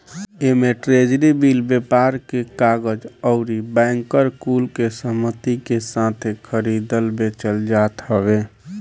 एमे treasury bill, व्यापार के कागज अउरी बैंकर कुल के सहमती के साथे खरीदल बेचल जात हवे